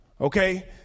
Okay